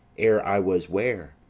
ere i was ware,